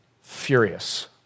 furious